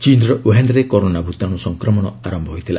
ଚୀନ୍ର ଓ୍ୱହାନରେ କରୋନା ଭୂତାଣୁ ସଂକ୍ରମଣ ଆରମ୍ଭ ହୋଇଥିଲା